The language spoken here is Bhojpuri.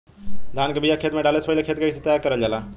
धान के बिया खेत में डाले से पहले खेत के कइसे तैयार कइल जाला?